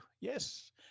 yes